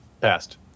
Passed